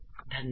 धन्यवाद